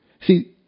See